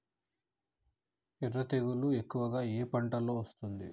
ఎర్ర తెగులు ఎక్కువగా ఏ పంటలో వస్తుంది?